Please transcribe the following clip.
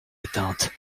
éteinte